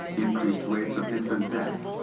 increased rates of infant death,